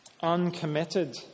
uncommitted